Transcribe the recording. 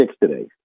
today